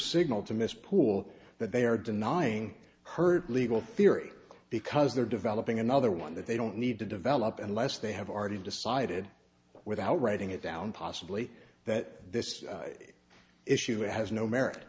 signal to mr pool that they are denying her legal theory because they're developing another one that they don't need to develop unless they have already decided without writing it down possibly that this issue has no merit